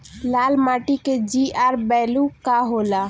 लाल माटी के जीआर बैलू का होला?